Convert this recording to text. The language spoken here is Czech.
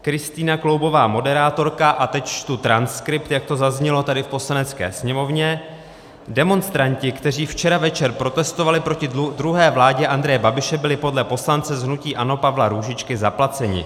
Kristina Kloubková, moderátorka a teď čtu transkript, jak to zaznělo tady v Poslanecké sněmovně: Demonstranti, kteří včera večer protestovali proti druhé vládě Andreje Babiše, byli podle poslance z hnutí ANO Pavla Růžičky zaplaceni.